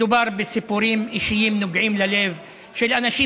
מדובר בסיפורים אישיים נוגעים ללב של אנשים